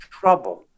trouble